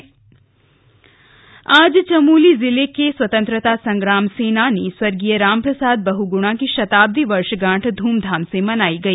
शताब्दी वर्ष आज चमोली जिले के स्वतंत्रता संग्राम सेनानी स्वर्गीय रामप्रसाद बहुगुणा की शताब्दी वर्षगांठ ध्रमधाम से मनाई गई